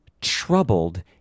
troubled